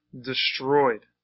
destroyed